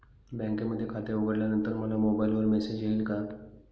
बँकेमध्ये खाते उघडल्यानंतर मला मोबाईलवर मेसेज येईल का?